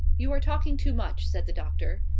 you are talking too much, said the doctor.